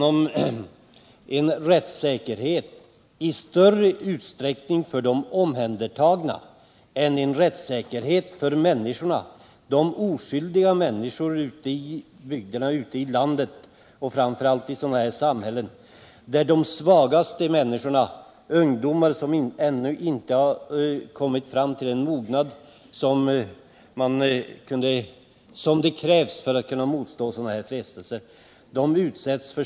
Här har det i större utsträckning varit fråga om en rättssäkerhet för de omhändertagna än för de oskyldiga människorna. Det gäller framför allt människorna i sådana här tätortssamhällen, där de svagaste, ungdomarna, ännu inte fått den mognad som krävs för att motstå frestelser av detta slag.